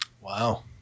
Wow